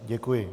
Děkuji.